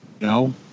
no